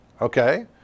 Okay